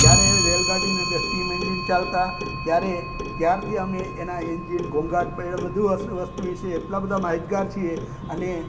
જ્યારે રેલગાડીમાં જે સ્ટીમ એન્જિન ચાલતા ત્યારે ત્યારથી અમે એના એન્જિન ઘોંઘાટ એ બધું અસ્તવ્યસ્ત વિશે એટલા બધા માહિતગાર છીએ અને